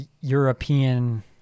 European